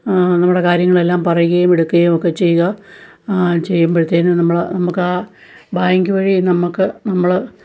നമ്മുടെ കാര്യങ്ങളെല്ലാം പറയുകയും എടുക്കുകയൊക്കെ ചെയ്യുക ചെയ്യുമ്പഴ്ത്തേനും നമ്മള് നമുക്കാ ബാങ്ക് വഴി നമ്മള്ക്ക് നമ്മള്